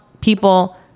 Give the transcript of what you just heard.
people